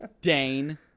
Dane